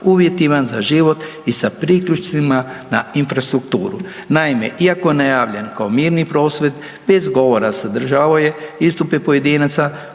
uvjetima za život i sa priključcima na infrastrukturu. Naime, iako najavljen kao mirni prosvjed bez govora sadržavao je istupe pojedinaca